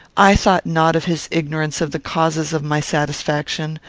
i thought not of his ignorance of the causes of my satisfaction,